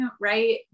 right